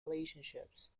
relationships